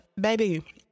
baby